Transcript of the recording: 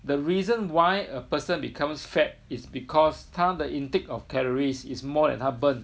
the reason why a person becomes fat is because 他的 intake of calories is more than 他 burn